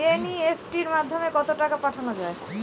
NEFT মাধ্যমে কত টাকা পাঠানো যায়?